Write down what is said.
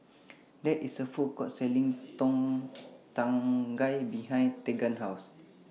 There IS A Food Court Selling Tom Kha Gai behind Tegan's House